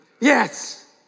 Yes